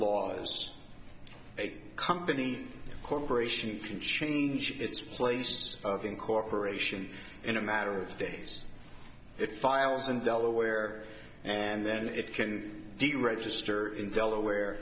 laws a company corporation can change its place of incorporation in a matter of days it fires in delaware and then it can deregister in delaware